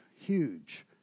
huge